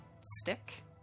stick